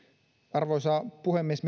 arvoisa puhemies